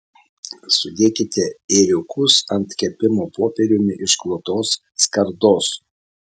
sudėkite ėriukus ant kepimo popieriumi išklotos skardos